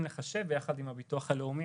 אפשר לבדוק את זה יחד עם הביטוח הלאומי.